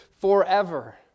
forever